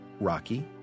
rocky